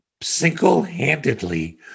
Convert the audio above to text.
single-handedly